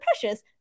Precious